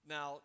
Now